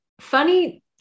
Funny